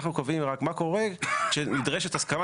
אנחנו רק קובעים מה קורה כשנדרשת הסכמה